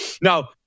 Now